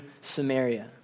Samaria